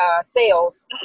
sales